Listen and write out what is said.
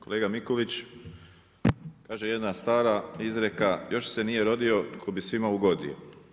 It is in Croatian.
Kolega Mikulić, kaže jedna stara izreka „Još se nije rodio tko bi svima ugodio“